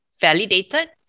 validated